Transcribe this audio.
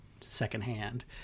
secondhand